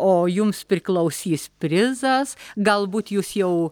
o jums priklausys prizas galbūt jūs jau